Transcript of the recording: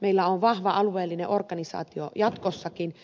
meillä on vahva alueellinen organisaatio jatkossakin